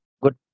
Good